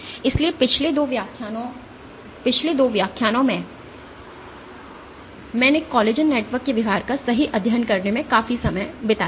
इसलिए पिछले 2 व्याख्यानों में मैंने कोलेजन नेटवर्क के व्यवहार का सही अध्ययन करने में काफी समय बिताया था